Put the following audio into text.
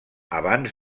abans